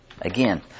Again